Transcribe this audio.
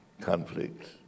conflicts